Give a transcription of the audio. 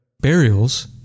burials